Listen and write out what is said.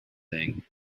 thing